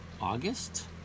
August